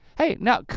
hey now,